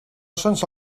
sense